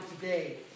today